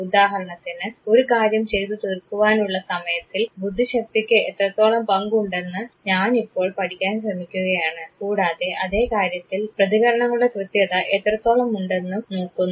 ഉദാഹരണത്തിന് ഒരു കാര്യം ചെയ്തു തീർക്കുവാനുള്ള സമയത്തിൽ ബുദ്ധിശക്തിക്ക് എത്രത്തോളം പങ്കുണ്ടെന്ന് ഞാനിപ്പോൾ പഠിക്കാൻ ശ്രമിക്കുകയാണ് കൂടാതെ അതെ കാര്യത്തിൽ പ്രതികരണങ്ങളുടെ കൃത്യത എത്രത്തോളമുണ്ടെന്നും നോക്കുന്നു